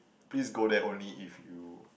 please go there only if you